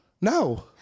No